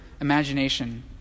imagination